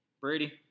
Brady